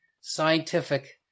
scientific